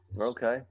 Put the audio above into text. okay